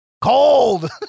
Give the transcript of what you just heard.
cold